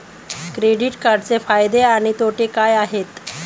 Credit कार्डचे फायदे आणि तोटे काय आहेत?